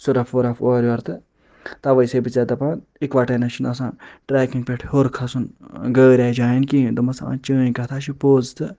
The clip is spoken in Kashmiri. سۄرَف وۄرَف اورٕ یورٕ تہٕ تَوَے چھُسَے بہٕ ژےٚ دپان یِکوَٹے نَہ چھُنہِ آسان ٹرٛیکِنٛگ پٮ۪ٹھ ہیوٚر کھسُن غٲریٛا جایَن کِہیٖنۍ دوٚپمس آ چٲنۍ کَتھ ہَہ چھِ پوٚز تہٕ